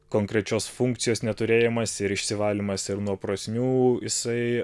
konkrečios funkcijos neturėjimas ir išsivalymas ir nuo prasmių jisai